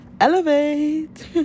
elevate